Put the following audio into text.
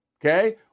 Okay